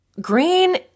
Green